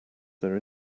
their